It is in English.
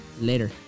Later